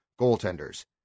goaltenders